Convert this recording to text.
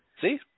See